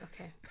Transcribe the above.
okay